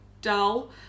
dull